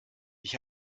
ich